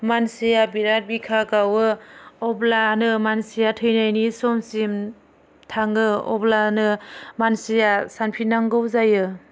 मानसिया बिराथ बिखा गावो अब्लानो मानसिया थैनायनि समसिम थाङो अब्लानो मानसिया सानफिननांगौ जायो